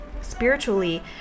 Spiritually